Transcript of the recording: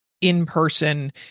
in-person